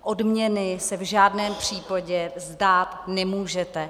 Odměny se v žádném případě vzdát nemůžete.